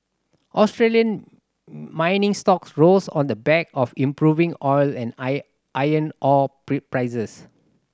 Australian mining stocks rose on the back of improving oil and iron ore prices